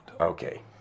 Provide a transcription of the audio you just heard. Okay